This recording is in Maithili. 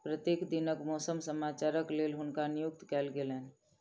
प्रत्येक दिनक मौसम समाचारक लेल हुनका नियुक्त कयल गेलैन